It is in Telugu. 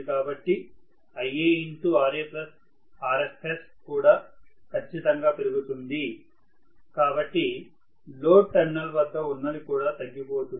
కాబట్టి IaRaRfs కూడా ఖచ్చితంగా పెరుగుతుంది కాబట్టి లోడ్ టెర్మినల్ వద్ద ఉన్నది కూడా తగ్గిపోతుంది